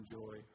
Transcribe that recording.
joy